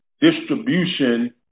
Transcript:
distribution